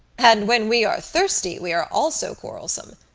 and when we are thirsty we are also quarrelsome,